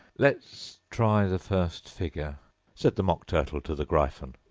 let's try the first figure said the mock turtle to the gryphon.